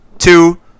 Two